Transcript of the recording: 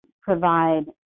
provide